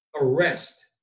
arrest